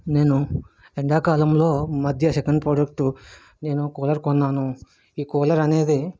నేను ఎండాకాలంలో ఈ మధ్య సెకండ్ ప్రోడక్ట్ నేను కూలర్ కొన్నాను ఈ కూలర్ అనేది